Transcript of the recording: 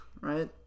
right